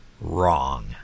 Wrong